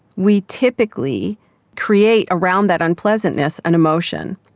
we typically create around that unpleasantness an emotion,